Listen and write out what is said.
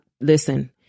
listen